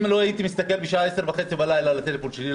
אם לא הייתי מסתכל בשעה עשר וחצי בלילה על הטלפון שלי,